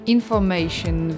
Information